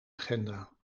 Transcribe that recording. agenda